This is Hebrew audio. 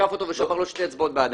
תקף אותו ושבר לו שתי אצבעות בידיים.